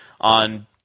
on –